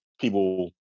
people